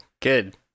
Good